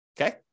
Okay